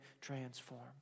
transformed